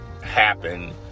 happen